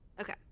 Okay